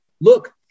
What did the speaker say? look